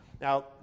Now